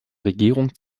regierung